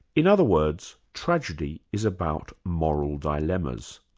in other words, tragedy is about moral dilemmas.